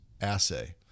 assay